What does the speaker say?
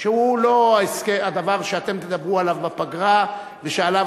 שהוא לא הדבר שאתם תדברו עליו בפגרה ועליו